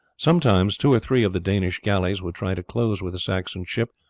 sometimes two or three of the danish galleys would try to close with a saxon ship,